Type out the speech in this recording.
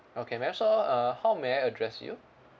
okay ma'am so uh how may I address you